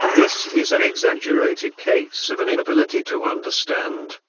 this is an exaggerated case of an inability to understand,